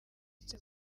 ndetse